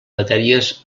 matèries